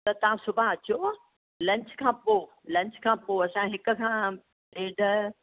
त तव्हां सुभाणे अचो लंच खां पोइ लंच खां पोइ असां हिकु खां ॾेढु